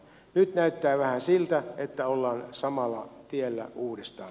nyt näyttää vähän siltä että ollaan samalla tiellä uudestaan